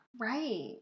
right